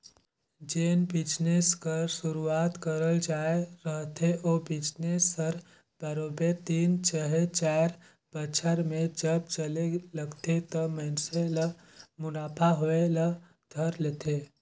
जेन बिजनेस कर सुरूवात करल जाए रहथे ओ बिजनेस हर बरोबेर तीन चहे चाएर बछर में जब चले लगथे त मइनसे ल मुनाफा होए ल धर लेथे